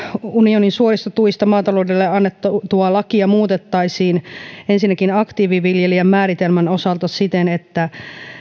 unionin suorista tuista maataloudelle annettua lakia muutettaisiin ensinnäkin aktiiviviljelijän määritelmän osalta siten että